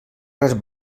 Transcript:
res